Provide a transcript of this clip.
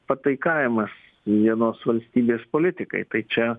pataikavimas vienos valstybės politikai tai čia